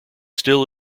still